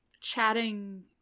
chatting